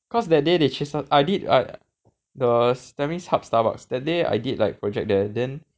cause that day they chase us I did uh the tampines hub Starbucks that day I did like project there then